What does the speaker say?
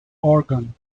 organ